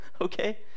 Okay